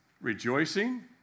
rejoicing